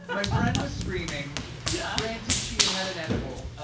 my friend was screaming yeah granted, she had had an edible